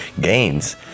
gains